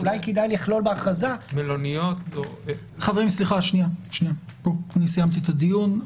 חברים, סליחה, אני סיימתי את הדיון,